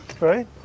Right